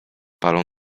palą